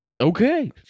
Okay